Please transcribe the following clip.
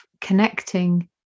connecting